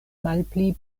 malpli